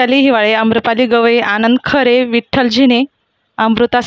Vaishali Hiwale Amrapali Gawali Anand Khare Vitthal Zine Amrita Singh